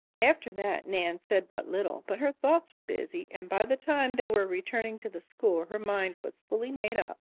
after that nan said but little. but her thoughts were busy, and by the time they were returning to the school her mind was fully made up.